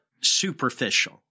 superficial